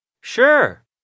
Sure